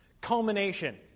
culmination